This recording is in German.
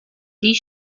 die